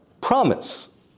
promise